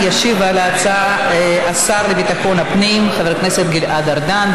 ישיב על ההצעה השר לביטחון הפנים חבר הכנסת גלעד ארדן,